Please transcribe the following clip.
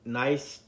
nice